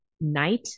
night